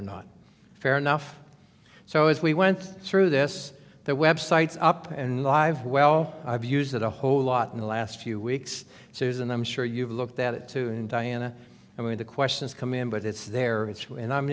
or not fair enough so as we went through this that websites up and live well i've used it a whole lot in the last few weeks susan i'm sure you've looked at it too and diana i mean the questions come in but it's there and i'm